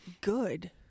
good